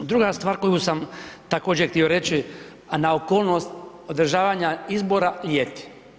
Druga stvar koju sam također, htio reći, a na okolnost održavanja izbora ljeti.